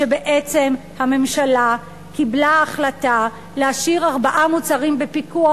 שבעצם הממשלה קיבלה החלטה להשאיר ארבעה מוצרים בפיקוח.